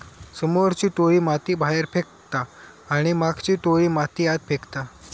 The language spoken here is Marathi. समोरची टोळी माती बाहेर फेकता आणि मागची टोळी माती आत फेकता